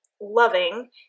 loving